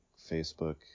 Facebook